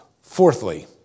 Fourthly